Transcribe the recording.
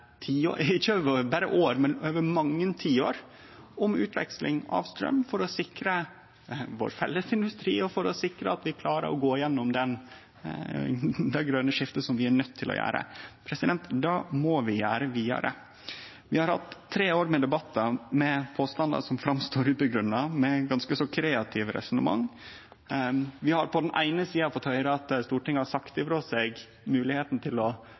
over berre år, men over mange tiår – om utveksling av straum for å sikre vår felles industri og for å sikre at vi klarar å gå gjennom det grøne skiftet vi er nøydde til å gjere. Det må vi gjere vidare. Vi har hatt tre år med debattar med påstandar som ikkje synest grunngjevne, og med ganske så kreative resonnement. Vi har på den eine sida fått høyre at Stortinget har sagt frå seg ansvar og moglegheit til å